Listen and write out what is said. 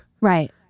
Right